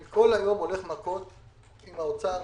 אני כל היום הולך מכות עם האוצר.